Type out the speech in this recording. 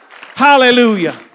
Hallelujah